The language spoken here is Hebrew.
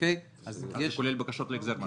-- זה כולל בקשות להחזר מס.